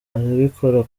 arabikora